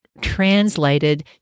translated